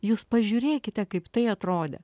jūs pažiūrėkite kaip tai atrodė